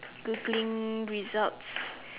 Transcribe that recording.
Googling results